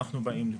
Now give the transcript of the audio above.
אנחנו באים לקראתו.